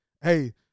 hey